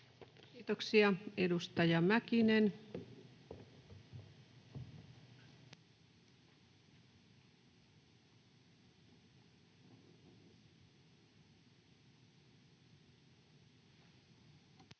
Kiitoksia. — Edustaja Mäkinen. Arvoisa